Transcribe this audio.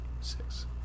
Six